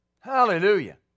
Hallelujah